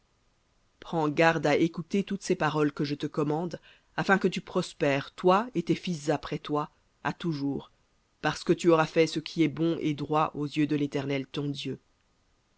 prends garde à écouter toutes ces paroles que je te commande afin que tu prospères toi et tes fils après toi à toujours parce que tu auras fait ce qui est bon et droit aux yeux de l'éternel ton dieu